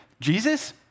Jesus